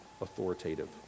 authoritative